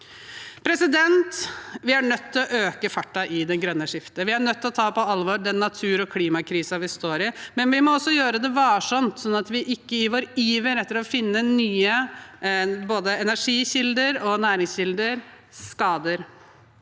å jobbe på. Vi er nødt til å øke farten i det grønne skiftet, vi er nødt til å ta på alvor den natur- og klimakrisen vi står i, men vi må gjøre det varsomt, sånn at vi ikke i vår iver etter å finne nye både energikilder og næringskilder gjør skade.